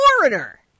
Foreigner